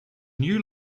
new